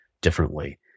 differently